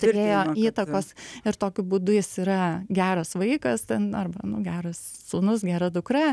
turėjo takos ir tokiu būdu jis yra geras vaikas ten arba nu geras sūnus gera dukra